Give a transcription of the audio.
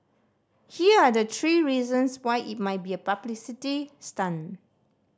here are the three reasons why it might be a publicity stunt